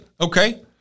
okay